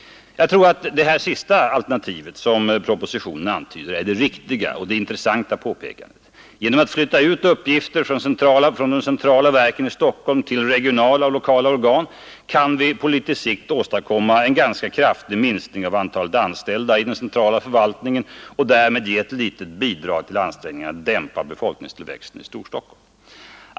Jag tror att det här sista alternativet som propositionen antyder är det riktiga och det intressanta påpekandet. Genom att flytta ut uppgifter från de centrala verken i Stockholm till regionala och lokala organ kan vi på litet sikt åstadkomma en ganska kraftig minskning av antalet anställda i den centrala förvaltningen och därmed ge ett litet bidrag till ansträngningarna att dämpa befolkningstillväxten i Storstockholm.